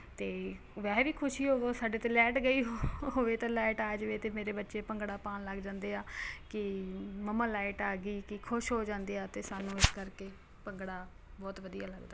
ਅਤੇ ਵੈਸੇ ਵੀ ਖੁਸ਼ੀ ਹੋਵੋ ਸਾਡੇ ਤਾਂ ਲੈਟ ਗਈ ਹੋਵੇ ਅਤੇ ਲਾਈਟ ਆ ਜਾਵੇ ਤਾਂ ਮੇਰੇ ਬੱਚੇ ਭੰਗੜਾ ਪਾਉਣ ਲੱਗ ਜਾਂਦੇ ਆ ਕਿ ਮੰਮਾ ਲਾਈਟ ਆ ਗਈ ਕਿ ਖੁਸ਼ ਹੋ ਜਾਂਦੇ ਆ ਅਤੇ ਸਾਨੂੰ ਇਸ ਕਰਕੇ ਭੰਗੜਾ ਬਹੁਤ ਵਧੀਆ ਲੱਗਦਾ ਹੈ